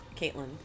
Caitlin